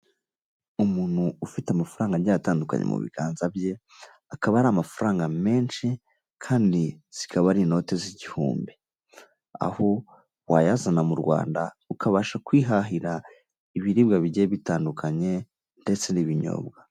Umuntu ufite amafaranga agiye atandukanye mu biganza bye, akaba ari amafaranga menshi, kandi zikaba ari inoti z'igihumbi, aho wayazana mu Rwanda ukabasha kwihahira ibiribwa bigiye bitandukanye, ndetse n'ibinyobwa.